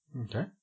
Okay